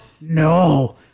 No